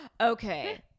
Okay